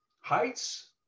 Heights